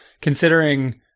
considering